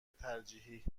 ترجیحی